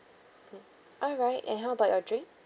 mm alright and how about your drink